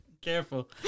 Careful